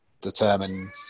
determine